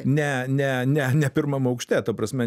ne ne ne ne pirmam aukšte ta prasme